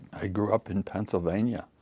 i grew up in pennsylvania.